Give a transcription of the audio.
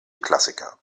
klassiker